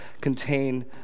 contain